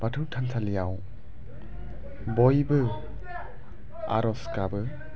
बाथौ थानसालियाव बयबो आरज गाबो